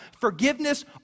forgiveness